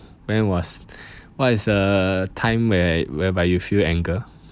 when was what is a time where whereby you feel anger